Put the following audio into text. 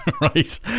right